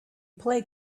play